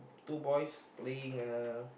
two boys playing uh